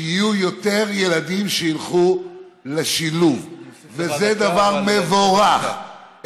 שיהיו יותר ילדים שילכו לשילוב, וזה דבר מבורך.